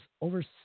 over